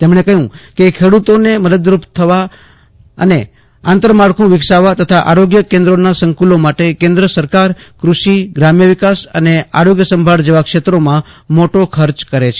તેમજ્ઞે કહ્યું કે ખેડૂતોને મદદરૂપ થવા અને આંતરમાળખું વિકસાવવા તથા આરોગ્ય કેન્દ્રોના સંકુલો માટે કેન્દ્ર સરકાર કૃષિપ્રામ્યવિકાસ અને આરોગ્યસંભાળ જેવા ક્ષેત્રોમાં મોટો ખર્ચ કરે છે